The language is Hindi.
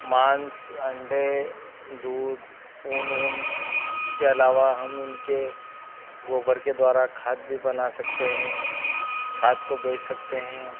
माँस अंडे दूध ऊन ऊन के अलावा हम इनके गोबर के द्वारा खाद भी बना सकते हैं खाद को बेच सकते हैं